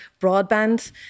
broadband